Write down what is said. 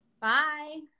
Bye